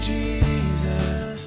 Jesus